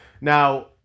Now